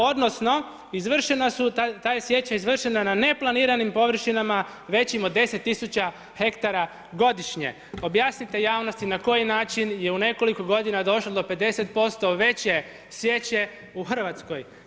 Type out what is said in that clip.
Odnosno, izvršena su, ta je sječa izvršena na neplaniranim površinama većim od 10000 hektara godišnje, objasnite javnosti na koji način je u nekoliko godina došlo do 50% veće sječe u Hrvatskoj.